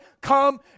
come